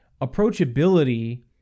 Approachability